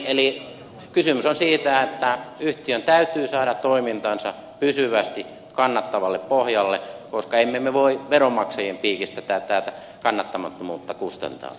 eli kysymys on siitä että yhtiön täytyy saada toimintansa pysyvästi kannattavalle pohjalle koska emme me voi veronmaksajien piikistä tätä kannattamattomuutta kustantaa